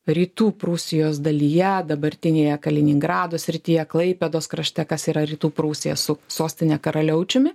rytų prūsijos dalyje dabartinėje kaliningrado srityje klaipėdos krašte kas yra rytų prūsija su sostine karaliaučiumi